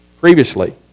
previously